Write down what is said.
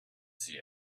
see